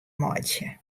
meitsje